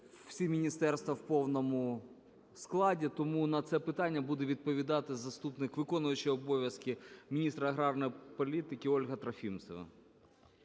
всі міністерства в повному складі. Тому на це питання буде відповідати заступник, виконуючий обов'язки міністра аграрної політики Ольга Трофімцева.